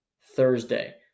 Thursday